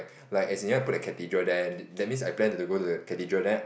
like as in you want to put the cathedral there that that means I plan to go to the cathedral there